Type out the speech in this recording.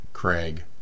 craig